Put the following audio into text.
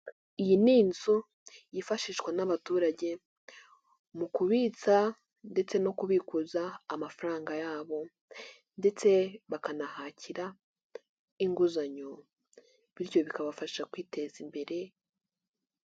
Iyi n'inzu yifashishwa n'abaturage mu kubitsa ndetse no kubikuza amafaranga yabo, ndetse bakanahakira inguzanyo bityo bikabafasha kwiteza imbere.